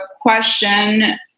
question